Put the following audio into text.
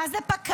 מה זה פק"מ,